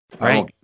Right